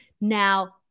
Now